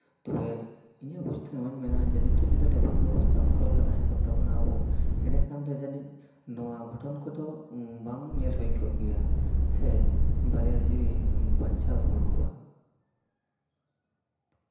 ᱛᱚᱵᱮ ᱤᱧᱟᱹᱜ ᱵᱩᱡᱽᱛᱮ ᱱᱚᱣᱟᱧ ᱢᱮᱱᱟ ᱱᱤᱛ ᱦᱚᱸ ᱡᱚᱫᱤ ᱴᱨᱟᱯᱷᱤᱠ ᱵᱮᱵᱚᱥᱛᱷᱟ ᱚᱱᱠᱟ ᱞᱮᱠᱟ ᱛᱟᱦᱮᱸ ᱠᱚᱜ ᱛᱟᱵᱚᱱᱟ ᱟᱵᱚ ᱮᱱᱰᱮ ᱠᱷᱟᱱ ᱫᱚ ᱡᱟᱹᱱᱤᱡ ᱱᱚᱣᱟ ᱜᱷᱚᱴᱚᱱ ᱠᱚᱫᱚ ᱵᱟᱝ ᱧᱮᱞ ᱦᱩᱭ ᱠᱚᱜ ᱜᱮᱭᱟ ᱥᱮ ᱵᱟᱨᱭᱟ ᱡᱤᱣᱤ ᱵᱟᱧᱪᱟᱣ ᱨᱩᱣᱟᱹᱲ ᱠᱚᱜᱼᱟ